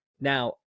Now